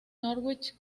norwich